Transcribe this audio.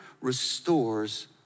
restores